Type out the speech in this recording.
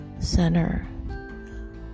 center